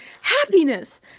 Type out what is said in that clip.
happiness